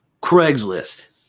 Craigslist